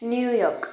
New York